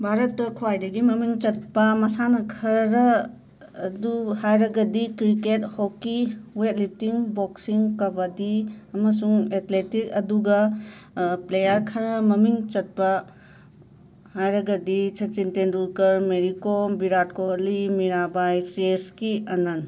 ꯕꯥꯔꯠꯇ ꯈ꯭ꯋꯥꯏꯗꯒꯤ ꯃꯃꯤꯡ ꯆꯠꯄ ꯃꯁꯥꯟꯅ ꯈꯔ ꯑꯗꯨ ꯍꯥꯏꯔꯒꯗꯤ cricket hockey weightlifting boxing kabaddi ꯑꯃꯁꯨꯡ ꯑꯦꯠꯂꯦꯇꯤꯛ ꯑꯗꯨꯒ ꯄ꯭ꯂꯦꯌꯔ ꯈꯔ ꯃꯃꯤꯡ ꯆꯠꯄ ꯍꯥꯏꯔꯒꯗꯤ ꯁꯆꯤꯟ ꯇꯦꯟꯗꯨꯜꯀꯔ ꯃꯦꯔꯤ ꯀꯣꯝ ꯕꯤꯔꯥꯠ ꯀꯣꯍꯂꯤ ꯃꯤꯔꯥ ꯕꯥꯏ ꯆꯦꯁꯀꯤ ꯑꯥꯅꯟ